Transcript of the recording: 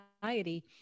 society